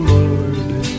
Lord